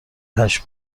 هشت